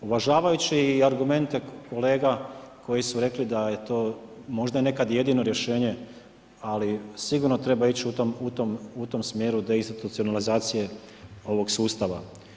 Uvažavajući i argumente kolega koji su rekli da je to možda nekad jedino rješenje, ali sigurno treba ići u tom smjeru deinstitucionalizacije ovog sustava.